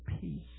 peace